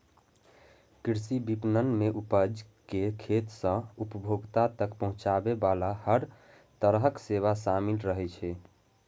कृषि विपणन मे उपज कें खेत सं उपभोक्ता तक पहुंचाबे बला हर तरहक सेवा शामिल रहै छै